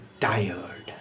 tired